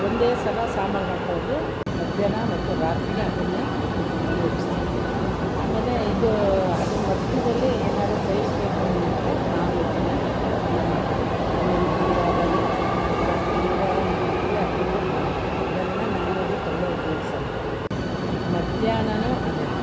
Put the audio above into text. ಒಂದೇ ಸಲ ಸಾಂಬಾರು ಮಾಡ್ಕೊಳ್ಳೋದು ಮಧ್ಯಾಹ್ನ ಮತ್ತು ರಾತ್ರಿಗೆ ಅದನ್ನೇ ಉಪಯೋಗಿಸ್ತೀನಿ ಆಮೇಲೆ ಇದೂ ಅದ್ರ ಮಧ್ಯದಲ್ಲಿ ಏನಾದರೂ ಸೈಡ್ಸ್ ಬೇಕು ಅಂದ್ಬಿಟ್ಟರೆ ನಾನ್ ವೆಜ್ಜನ್ನು ನಾವು ಮಾಡ್ಕೊಳ್ತೀವಿ ಅದು ಒಂದು ಗುರುವಾರವೋ ಸಾಕು ಗುರುವಾರ ಮಾಡ್ಕೊಳ್ತೀವಿ ಅದು ಬಿಟ್ಟರೆ ಭಾನುವಾರ ಎರಡೇ ದಿನ ನಾನ್ ವೆಜ್ ತುಂಬ ಉಪಯೋಗ್ಸಲ್ಲ ನಾನು ಮಧ್ಯಾಹ್ನವೂ ಅದೇನೆ